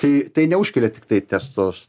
tai tai neužkelia tiktai tiesos